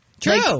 True